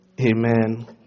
Amen